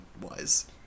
wise